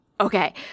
Okay